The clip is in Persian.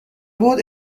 بود